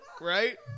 Right